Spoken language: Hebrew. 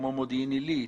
כמו מודיעין עילית,